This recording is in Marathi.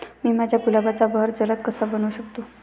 मी माझ्या गुलाबाचा बहर जलद कसा बनवू शकतो?